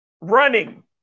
running